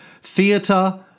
theatre